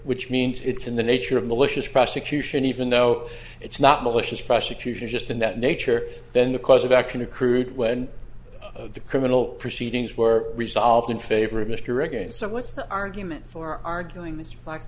which means it's in the nature of malicious prosecution even though it's not malicious prosecution just in that nature then the cause of action accrued when the criminal proceedings were resolved in favor of mr again so what's the argument for arguing